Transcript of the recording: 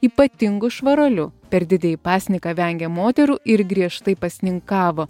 ypatingu švaruoliu per didįjį pasninką vengė moterų ir griežtai pasninkavo